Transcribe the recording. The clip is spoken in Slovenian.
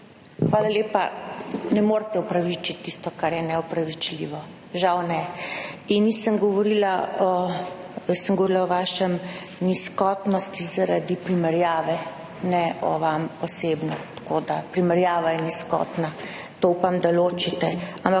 Hvala lepa. Ne morete upravičiti tisto kar je neopravičljivo, žal ne. In nisem govorila o, jaz sem govorila o vašem nizkotnosti zaradi primerjave, ne o vam osebno, tako da primerjava je nizkotna. To upam, da ločite.